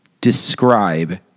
describe